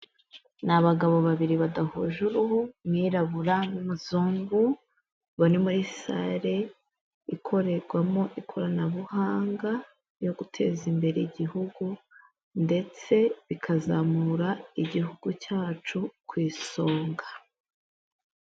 Ni abagabo babiri badahuje uruhu, umwirabura n'umuzungu, bari muri salle ikorerwamo ikoranabuhanga ryo guteza imbere igihugu ndetse bikazamura igihugu cyacu ku isonga.